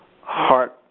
heart